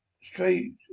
straight